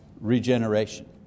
regeneration